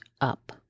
up